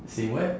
same what